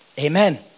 Amen